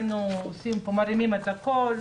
היינו מרימים את הכול,